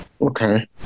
Okay